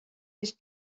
his